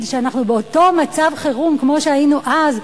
שאנחנו באותו מצב חירום כמו שהיינו אז,